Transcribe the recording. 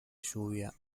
lluvia